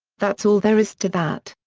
that's all there is to that.